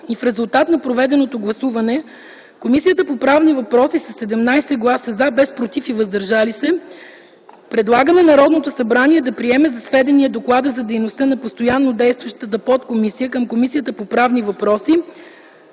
и в резултат на проведеното гласуване, Комисията по правни въпроси – със 17 гласа „за”, без „против” и „въздържали се”, предлага на Народното събрание да приеме за сведение доклада за дейността на постоянно действаща подкомисия към Комисията по правни въпроси,